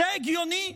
זה הגיוני?